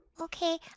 okay